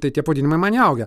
tai tie pavadinimai man įaugę